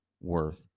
worth